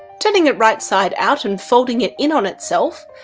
turning it right side out and folding it in on itself,